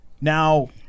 Now